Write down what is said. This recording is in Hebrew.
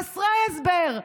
חסרי הסבר,